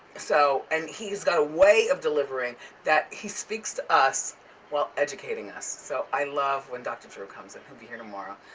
so and he's got a way of delivering that he speaks to us while educating us, so i love when doctor drew comes and he'll be here tomorrow.